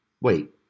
Wait